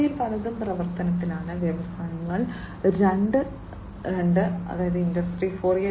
ഇവയിൽ പലതും പ്രവർത്തനത്തിലാണ് വ്യവസായങ്ങൾ രണ്ട് ഇൻഡസ്ട്രി 4